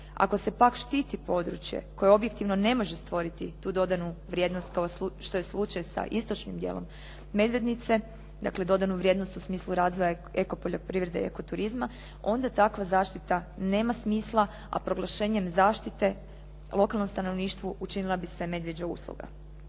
Ako se pak štiti područje koje objektivno ne može stvoriti tu dodanu vrijednost što je slučaj sa istočnim dijelom Medvednice, dakle dodanu vrijednost u smislu razvoja ekopoljoprivrede, ekoturizma, onda takva zaštita nema smisla, a proglašenjem zaštite lokalnom stanovništvu učinila bi se medvjeđa usluga.